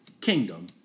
kingdom